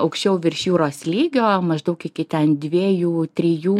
aukščiau virš jūros lygio maždaug iki ten dviejų trijų